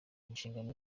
inshingano